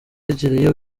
yegereye